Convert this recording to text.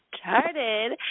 started